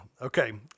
Okay